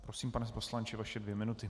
Prosím, pane poslanče, vaše dvě minuty.